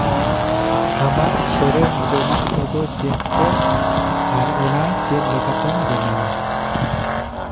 ᱟᱢᱟᱜ ᱥᱚᱨᱮᱥ ᱡᱚᱢᱟᱜ ᱠᱚᱫᱚ ᱪᱮᱫ ᱪᱮᱫ ᱟᱨ ᱚᱱᱟ ᱪᱮᱫ ᱞᱮᱠᱟᱛᱮᱢ ᱵᱮᱱᱟᱣᱟ